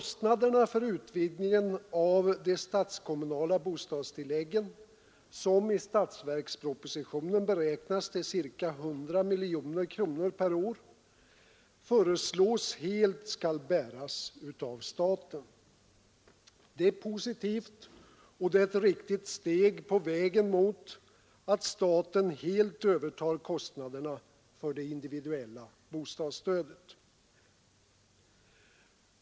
Kostnaderna för utvidgningen av de statskommunala bostadstilläggen, som i statsverkspropositionen beräknas till ca 100 miljoner kronor per år, föreslås helt bäras av staten. Det är positivt, och det är ett riktigt steg på vägen mot att staten helt övertar kostnaderna för det individuella bostadsstödet.